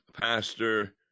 pastor